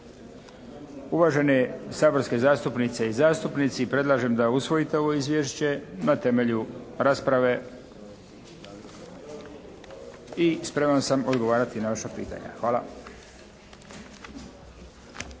Uvažene saborske zastupnice i zastupnici, predlažem da usvojite ovo izvješće na temelju rasprave i spreman sam odgovarati na vaša pitanja. Hvala.